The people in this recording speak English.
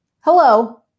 hello